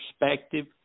perspective